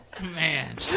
Man